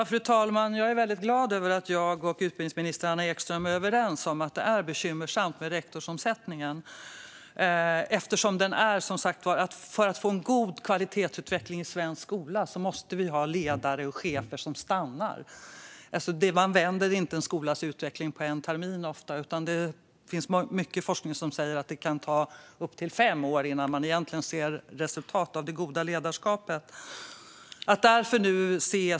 Fru talman! Jag är väldigt glad över att jag och utbildningsminister Anna Ekström är överens om att det är bekymmersamt med rektorsomsättningen. För att få en god kvalitetsutveckling i svensk skola måste vi som sagt var ha ledare och chefer som stannar. Man vänder heller inte ofta en skolas utveckling på en termin; det finns mycket forskning som säger att det kan ta upp till fem år innan man egentligen ser resultat av det goda ledarskapet.